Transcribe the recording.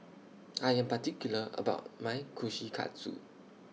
I Am particular about My Kushikatsu